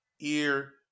ear